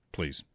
Please